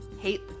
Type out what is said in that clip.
hate